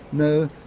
no,